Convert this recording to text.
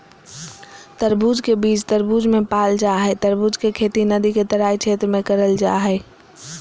तरबूज के बीज तरबूज मे पाल जा हई तरबूज के खेती नदी के तराई क्षेत्र में करल जा हई